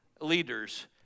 leaders